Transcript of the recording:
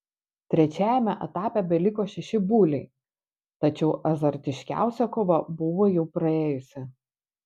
trečiajame etape beliko šeši buliai tačiau azartiškiausia kova buvo jau praėjusi